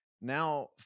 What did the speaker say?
Now